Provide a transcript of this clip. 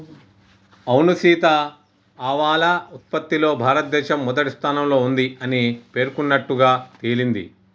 అవును సీత ఆవాల ఉత్పత్తిలో భారతదేశం మొదటి స్థానంలో ఉంది అని పేర్కొన్నట్లుగా తెలింది